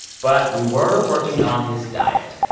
but we were working on his diet.